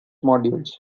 modules